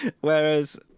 Whereas